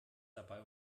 dabei